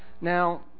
Now